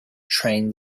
train